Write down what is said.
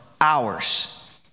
hours